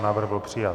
Návrh byl přijat.